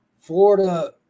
Florida